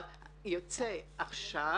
אבל יוצא עכשיו,